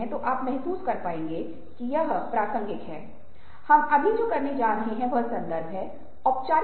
यह भी रचनात्मकता के संदर्भ में प्रासंगिक है क्योंकि हम उन व्याख्यानों के संदर्भ में चर्चा करेंगे